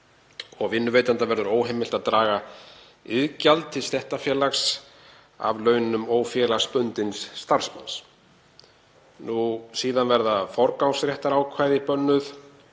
vinnuveitanda verður óheimilt að draga iðgjald stéttarfélags af launum ófélagsbundins starfsmanns. Síðan verða forgangsréttarákvæði bönnuð,